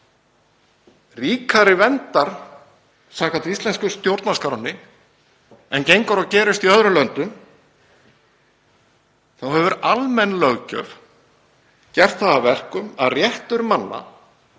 ríkari verndar samkvæmt íslensku stjórnarskránni en gengur og gerist í öðrum löndum þá hefur almenn löggjöf gert það að verkum að réttur manna